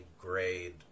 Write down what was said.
grade